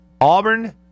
Auburn